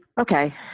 Okay